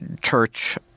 church